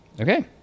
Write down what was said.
Okay